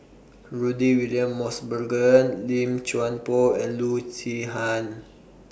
Rudy William Mosbergen Lim Chuan Poh and Loo Zihan